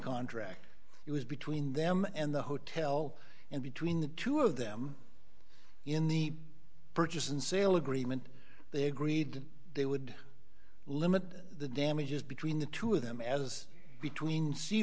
contract it was between them and the hotel and between the two of them in the purchase and sale agreement they agreed they would limit the damages between the two of them as between see